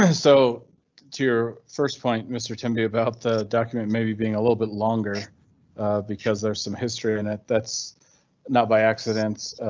so to your first point, mr. tim be about the document maybe being a little bit longer because there's some history and that that's not by accidents.